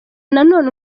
nanone